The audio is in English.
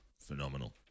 phenomenal